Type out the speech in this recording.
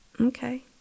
Okay